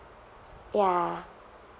ya